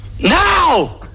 Now